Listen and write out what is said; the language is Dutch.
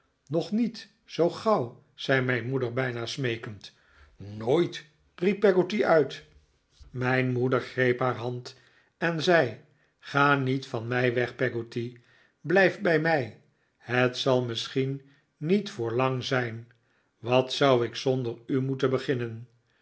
nog niet zoo gauw zei mijn moeder bijna smeekend nooit riep peggotty uit mijn moeder greep haar hand en zei ga niet van mij weg peggotty blijf bij mij het zal misschien niet voor lang zijn wat zou ik zonder u moeten beginnen